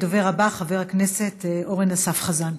הדובר הבא, חבר הכנסת אורן אסף חזן.